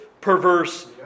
perverse